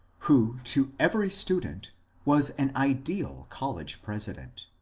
who to every student was an ideal college president.